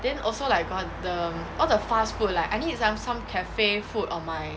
then also like got the all the fast food like I need some some cafe food on my